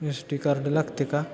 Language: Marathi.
एस टी कार्ड लागते का